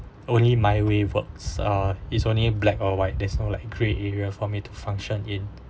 only my way works uh it's only black or white there's no like grey area for me to function in